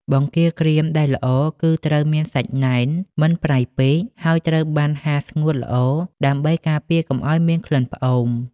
បង្គាក្រៀមដែលល្អគឺត្រូវមានសាច់ណែន មិនប្រៃពេក ហើយត្រូវបានហាលស្ងួតល្អដើម្បីការពារកុំឱ្យមានក្លិនផ្អូម។